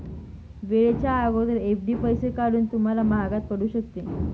वेळेच्या अगोदर एफ.डी पैसे काढणे तुम्हाला महागात पडू शकते